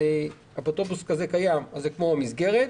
זה כמו מסגרת,